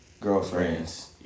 girlfriends